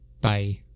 Bye